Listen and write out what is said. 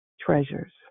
treasures